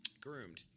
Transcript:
Groomed